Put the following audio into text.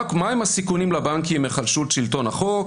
מהם הסיכונים לבנקים מהיחלשות שלטון החוק?